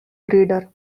breeder